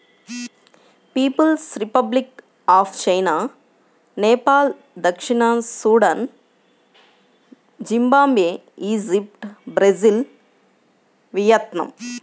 peoples republic of China, Nepal దక్షిణ Sudan, Zimbabwe, Egypt, Brazil, Vietnam